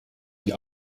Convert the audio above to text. die